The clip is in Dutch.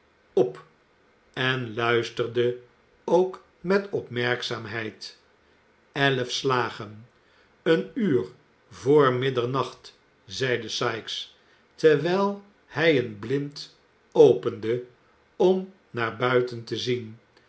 op en luisterde ook met opmerkzaamheid elf slagen een uur voor middernacht zeide sikes terwijl hij een blind opende om naar buiten te zien